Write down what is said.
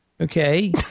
okay